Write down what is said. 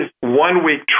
one-week